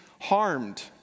harmed